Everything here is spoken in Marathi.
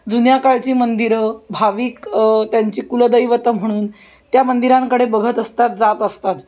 जुन्या काळची मंदिरं भाविक त्यांची कुलदैवत म्हणून त्या मंदिरांकडे बघत असतात जात असतात